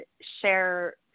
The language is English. share